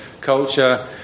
culture